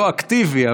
לא אקטיבי,